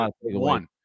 one